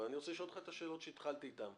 אבל אני רוצה לשאול אותך את השאלות שהתחלתי איתן.